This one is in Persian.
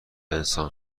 انسان